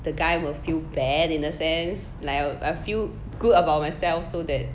the guy will feel bad in that sense like I feel good about myself so that